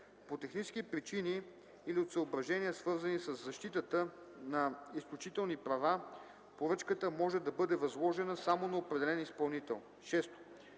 6.